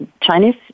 Chinese